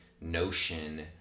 notion